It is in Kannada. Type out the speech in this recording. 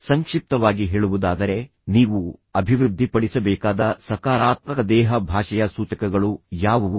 ಸಂಕ್ಷಿಪ್ತವಾಗಿ ಹೇಳುವುದಾದರೆ ನೀವು ಅಭಿವೃದ್ಧಿಪಡಿಸಬೇಕಾದ ಸಕಾರಾತ್ಮಕ ದೇಹ ಭಾಷೆಯ ಸೂಚಕಗಳು ಯಾವುವು